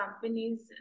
companies